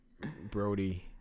Brody